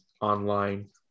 online